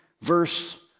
verse